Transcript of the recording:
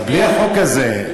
אבל בלי החוק הזה.